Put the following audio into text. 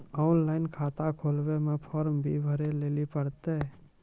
Online खाता खोलवे मे फोर्म भी भरे लेली पड़त यो?